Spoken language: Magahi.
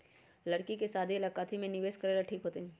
लड़की के शादी ला काथी में निवेस करेला ठीक होतई?